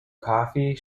coffee